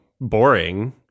boring